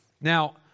Now